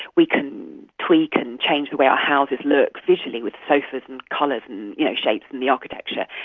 we can tweak and change the way our houses look visually with sofas and colours and shapes in the architecture,